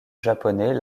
japonais